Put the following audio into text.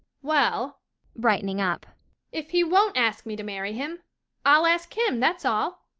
well brightening up if he won't ask me to marry him i'll ask him, that's all.